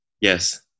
yes